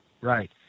Right